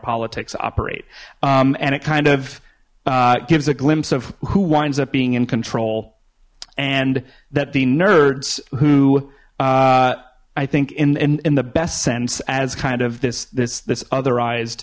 politics operate and it kind of gives a glimpse of who winds up being in control and that the nerds who i think in in in the best sense as kind of this this this other eyes